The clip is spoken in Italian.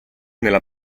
nella